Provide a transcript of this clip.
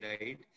right